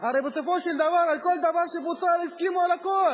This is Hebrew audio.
הרי בסופו של דבר, כל דבר שבוצע, הסכימו על הכול.